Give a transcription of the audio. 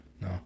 No